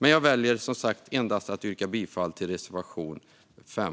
Men jag väljer som sagt att endast yrka bifall till reservation 5.